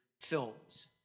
films